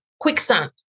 quicksand